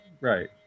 right